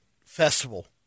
festival